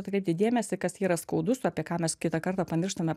atkreipti dėmesį kas yra skaudus apie ką mes kitą kartą pamirštame